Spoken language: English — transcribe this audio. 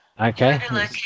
Okay